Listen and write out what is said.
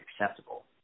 acceptable